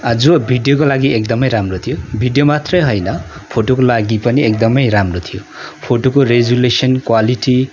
जो भिडियोका लागि एकदमै राम्रो थियो भिडियो मात्रै होइन फोटोको लागि पनि एकदमै राम्रो थियो फोटोको रेजुलेसन क्वालिटी